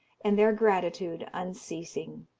and their gratitude unceasing.